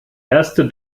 erste